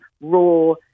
raw